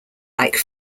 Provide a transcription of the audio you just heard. like